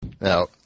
Now